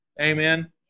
Amen